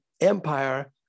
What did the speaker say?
empire